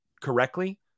correctly